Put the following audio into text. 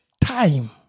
time